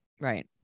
Right